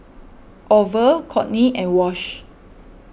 Orval Kortney and Wash